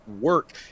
work